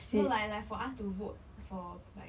no like like for us to vote for like do you want to go